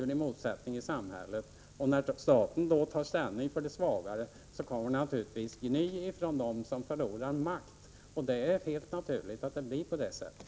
När staten tar ställning för de svagare, kommer det naturligtvis gny från dem som förlorar makt. Det är helt naturligt att det blir på det sättet.